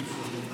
אדוני.